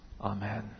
Amen